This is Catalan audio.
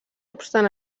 obstant